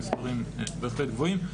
המספרים בהחלט גבוהים,